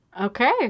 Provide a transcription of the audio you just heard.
Okay